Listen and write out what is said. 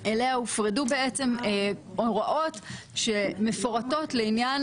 אליה הופרדו בעצם הוראות שמפורטות לעניין